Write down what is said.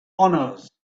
honors